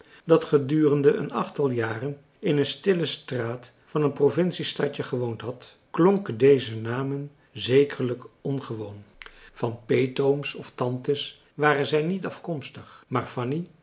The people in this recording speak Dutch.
dat gedurende een achttal jaren in een stille straat van een provinciestadje gewoond had klonken deze namen zekerlijk ongewoon van peetooms of tantes waren zij niet afkomstig maar fanny